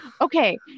okay